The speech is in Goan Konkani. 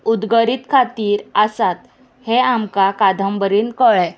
उदगरीत खातीर आसात हें आमकां कादंबरींत कळ्ळें